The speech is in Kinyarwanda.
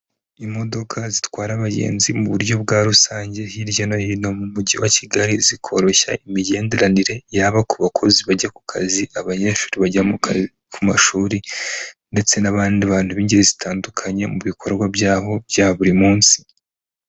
Imodoka zitwara abagenzi mu buryo bwa rusange hirya no hino mu mujyi wa Kigali, zikoroshya imigenderanire yaba ku bakozi bajya ku kazi, abanyeshuri bajya ku mashuri ndetse n'abandi bantu b'ingeri zitandukanye mu bikorwa byabo bya buri munsi.